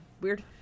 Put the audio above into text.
weird